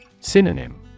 Synonym